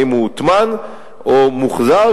האם הוא הוטמן או מוחזר,